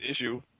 issue